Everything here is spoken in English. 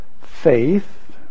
faith